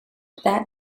that